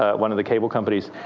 ah one of the cable companies,